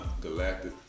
galactic